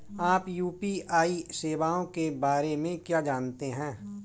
आप यू.पी.आई सेवाओं के बारे में क्या जानते हैं?